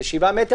זה 7 מטרים,